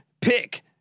Pick